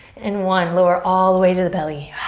and one. lower all the way to the belly.